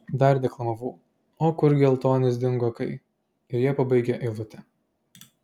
dar deklamavau o kur geltonis dingo kai ir jie pabaigė eilutę